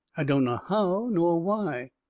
i dunno how, nor why.